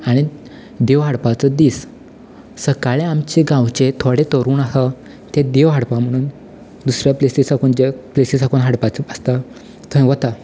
आनी देव हाडपाचो दीस सकाळी आमचे गांवचे थोडे तरूण आसा ते देव हाडपा म्हणून दुसऱ्या प्लेसी साकून जे प्लेसी साकून हाडपाचो आसता थंय वता